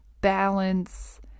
balance